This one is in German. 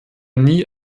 nie